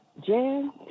Jan